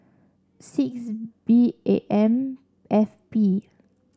six B A M F P